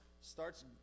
starts